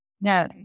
No